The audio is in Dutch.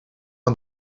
een